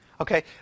Okay